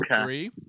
three